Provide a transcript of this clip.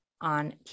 on